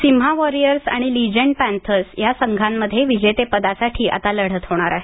Simha Warriors आणि Legends Panthers या संघांमध्ये विजेतेपदासाठी लढत होणार आहे